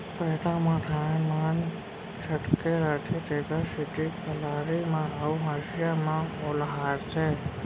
पैरा म धान मन चटके रथें तेकर सेती कलारी म अउ हँसिया म ओलहारथें